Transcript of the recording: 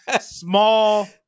small